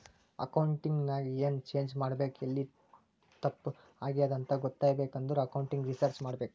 accounting ನಾಗ್ ಎನ್ change ಮಾಡ್ಬೇಕ್ ಎಲ್ಲಿ ತಪ್ಪ ಆಗ್ಯಾದ್ ಅಂತ ಗೊತ್ತಾಗ್ಬೇಕ ಅಂದುರ್ ಅಕೌಂಟಿಂಗ್ ರಿಸರ್ಚ್ ಮಾಡ್ಬೇಕ್